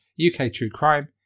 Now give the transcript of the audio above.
UKTrueCrime